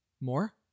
more